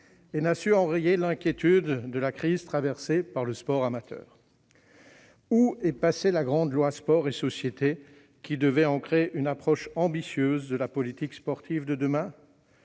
et n'a pas su enrayer l'inquiétude née de la crise traversée par le sport amateur. Où est passée la grande loi Sport et société qui devait ancrer une approche ambitieuse de la politique sportive de demain,